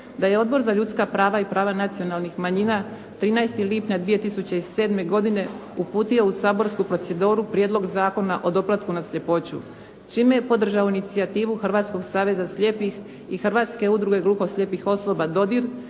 da je Odbor za ljudska prava i prava nacionalnih manjina 13. lipnja 2007. godine uputio u saborsku proceduru Prijedlog zakona o doplatku na sljepoću čime je podržao inicijativu Hrvatskog saveza slijepih i Hrvatske udruge gluho slijepih osoba "Dodir"